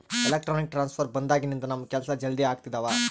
electronic transfer ಬಂದಾಗಿನಿಂದ ನಮ್ ಕೆಲ್ಸ ಜಲ್ದಿ ಆಗ್ತಿದವ